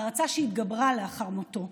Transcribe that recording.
הערצה שהתגברה לאחר מותו.